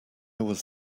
was